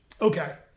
okay